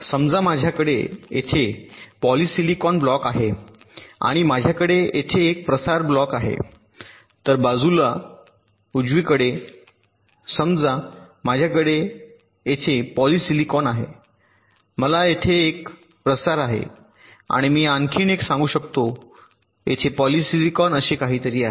समजा माझ्याकडे येथे पॉलिसिलिकॉन ब्लॉक आहे आणि माझ्याकडे येथे एक प्रसार ब्लॉक आहे तर बाजूला उजवीकडे समजा माझ्याकडे येथे पॉलिसिलिकॉन आहे मला येथे एक प्रसार आहे आणि मी आणखी एक सांगू शकतो येथे पॉलिसिलिकॉन असे काहीतरी आहे